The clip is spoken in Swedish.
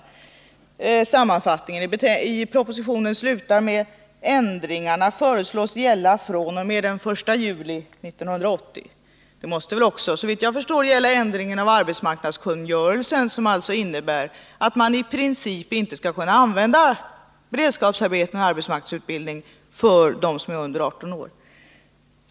Och sammanfattningen i propositionen slutar med: ”Ändringarna föreslås gälla fr.o.m. den 1 juli 1980.” Det måste också, såvitt jag förstår, gälla ändringen i arbetsmarknadskungörelsen som således innebär att man i princip inte skall kunna ge beredskapsarbeten och arbetsmarknadsutbildning till dem som är under 18 år.